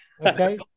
okay